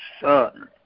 Son